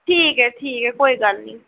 ठीक ऐ ठीक ऐ कोई गल्ल निं